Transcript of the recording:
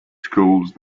schools